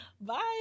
Bye